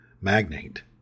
magnate